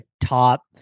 top